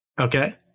Okay